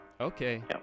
Okay